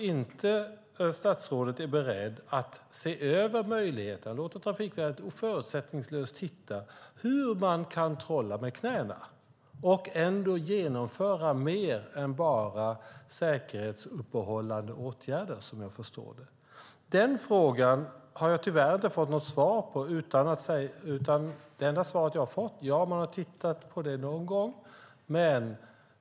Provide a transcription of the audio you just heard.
Men statsrådet är ändå inte beredd att se över möjligheterna och låta Trafikverket förutsättningslöst titta på hur man kan trolla med knäna och genomföra mer än bara säkerhetsuppehållande åtgärder, som jag förstår att man gör. Den frågan har jag tyvärr inte fått något svar på, utan det enda svar som jag har fått är att man har tittat på detta någon gång.